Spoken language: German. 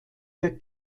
der